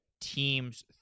teams